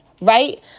right